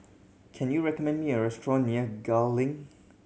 can you recommend me a restaurant near Gul Link